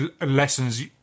lessons